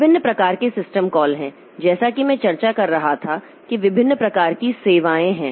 विभिन्न प्रकार के सिस्टम कॉल हैं जैसा कि मैं चर्चा कर रहा था कि विभिन्न प्रकार की सेवाएं हैं